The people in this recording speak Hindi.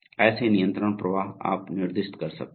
ऐसे नियंत्रण प्रवाह आप निर्दिष्ट कर सकते हैं